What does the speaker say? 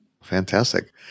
fantastic